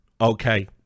Okay